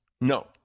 No